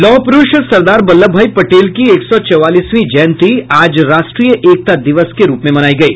लौह प्रूरष सरदार वल्लभ भाई पटेल की एक सौ चौवालीसवीं जयंती आज राष्ट्रीय एकता दिवस के रूप में मनायी गयी